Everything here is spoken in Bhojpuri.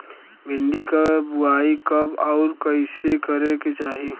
भिंडी क बुआई कब अउर कइसे करे के चाही?